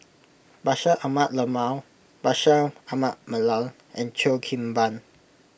Bashir Ahmad Mallal Bashir Ahmad Mallal and Cheo Kim Ban